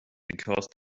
because